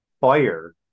fire